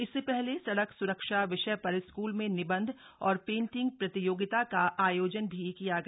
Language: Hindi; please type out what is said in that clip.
इससे पहले सड़क स्रक्षा विषय पर स्कूल में निबंध और पेंटिंग प्रतियोगिता का आयोजन भी किया गया